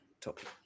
topic